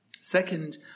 Second